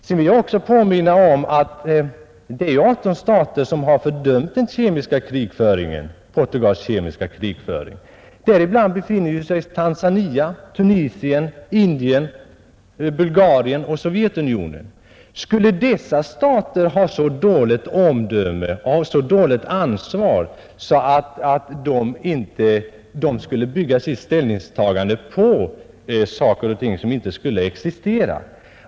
Jag vill också påminna om att 18 stater har fördömt Portugals kemiska krigföring, däribland Tanzania, Tunisien, Indien, Bulgarien och Sovjetunionen. Skulle dessa stater ha så dåligt omdöme och så dålig ansvarskänsla att de skulle bygga sitt ställningstagande på saker och ting som inte existerar?